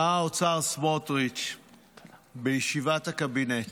שר האוצר בישיבת הקבינט